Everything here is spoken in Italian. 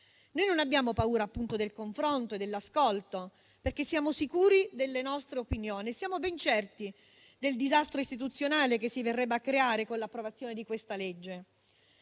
Noi non abbiamo paura, appunto, del confronto e dell'ascolto, perché siamo sicuri delle nostre opinioni. Siamo ben certi del disastro istituzionale che si verrebbe a creare con l'approvazione di questa legge.